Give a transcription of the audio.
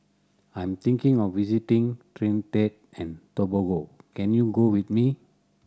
I'm thinking of visiting Trinidad and Tobago can you go with me